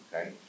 okay